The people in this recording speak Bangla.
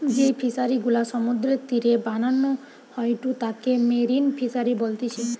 যেই ফিশারি গুলা সমুদ্রের তীরে বানানো হয়ঢু তাকে মেরিন ফিসারী বলতিচ্ছে